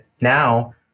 Now